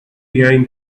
behind